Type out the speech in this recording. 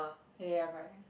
ya ya correct